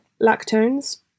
lactones